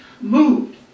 moved